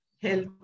health